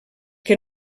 que